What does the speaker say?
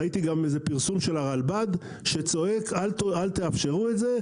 ראיתי גם פרסום של הרלב"ד שצועק לא לאפשר את זה,